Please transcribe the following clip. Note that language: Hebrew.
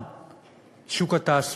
1. שוק התעסוקה